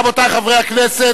רבותי חברי הכנסת,